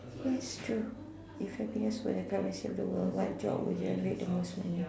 yes true if happiness were the currency of the world what job would make the most money